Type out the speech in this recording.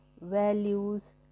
values